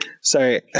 Sorry